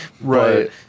Right